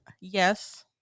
yes